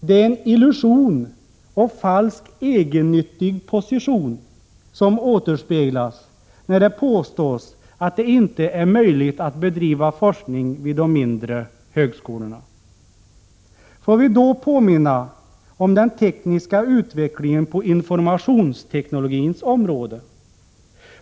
Det är en illusion och en falsk, egennyttig position som återspeglas när det påstås att det inte är möjligt att bedriva forskning vid de mindre högskolorna. Låt mig då påminna om den tekniska utvecklingen på informationsteknologins område.